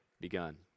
begun